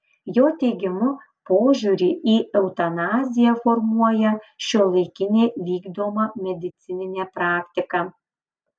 jo teigimu požiūrį į eutanaziją formuoja šiuolaikinė vykdoma medicininė praktika